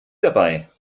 dabei